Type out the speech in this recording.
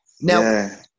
Now